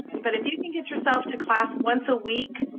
but if you can get yourself to class once a week,